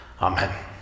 Amen